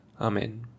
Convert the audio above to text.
Amen